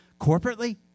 corporately